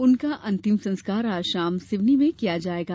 उनका अंतिम संस्कार आज शाम सिवनी में किया जाएगा